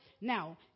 Now